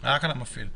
רק על המפעיל.